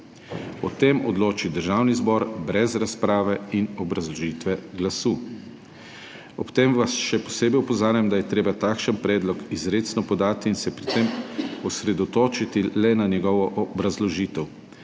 O tem odloči Državni zbor brez razprave in obrazložitve glasu. Ob tem vas še posebej opozarjam, da je treba takšen predlog izrecno podati in se pri tem osredotočiti le na njegovo obrazložitev,